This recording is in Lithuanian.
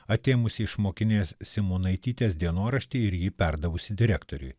atėmusi iš mokinės simonaitytės dienoraštį ir jį perdavusi direktoriui